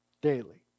daily